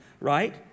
right